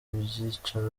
ibyicaro